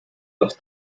los